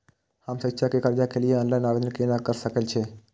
हम शिक्षा के कर्जा के लिय ऑनलाइन आवेदन केना कर सकल छियै?